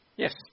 Yes